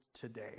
today